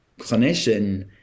clinician